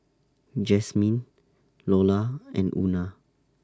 Jazmyn Lola and Una